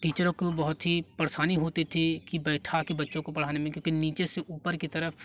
टीचरों को बहुत ही परेशानी होती थी कि बैठा के बच्चों को पढ़ाने में क्योंकि नीचे से ऊपर की तरफ